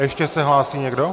Ještě se hlásí někdo?